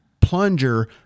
plunger